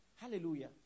Hallelujah